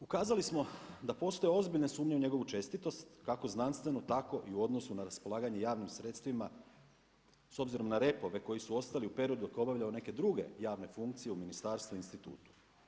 Ukazali smo da postoje ozbiljne sumnje u njegovu čestitost kako znanstvenu tako i u odnosu na raspolaganje javnim sredstvima s obzirom na repove koji su ostali u periodu kada je obavljao neke druge javne funkcije u ministarstvu i institutu.